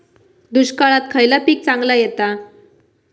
दुष्काळात खयला पीक चांगला येता?